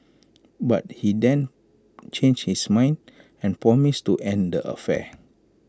but he then changed his mind and promised to end the affair